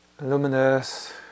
luminous